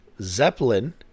Zeppelin